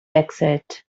exit